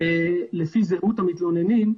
לפי זהות המתלוננים,